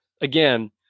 Again